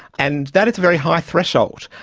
and that is a very high threshold,